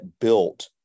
built